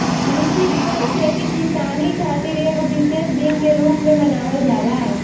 कृषि दिवस खेती किसानी खातिर एगो विशेष दिन के रूप में मनावल जाला